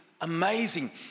amazing